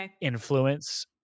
influence